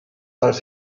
els